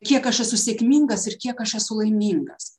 kiek aš esu sėkmingas ir kiek aš esu laimingas